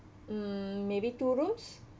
mm maybe two rooms